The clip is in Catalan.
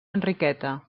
enriqueta